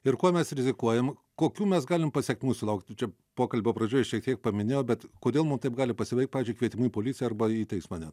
ir kuo mes rizikuojam kokių mes galim pasekmių sulaukti čia pokalbio pradžioj šiek tiek paminėjau bet kodėl taip gali pasibaigt pavyzdžiui kvietimu į policiją arba į teismą net